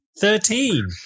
Thirteen